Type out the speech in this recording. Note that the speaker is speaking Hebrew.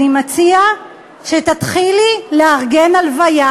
אני מציע שתתחילי לארגן הלוויה.